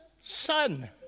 son